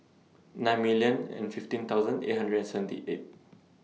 nine million and fifteen thousand eight hundred and seventy eight